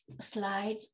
slide